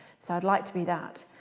so i'd like to be that.